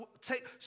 take